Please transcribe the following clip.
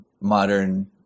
modern